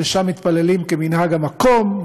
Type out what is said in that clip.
שם מתפללים כמנהג המקום,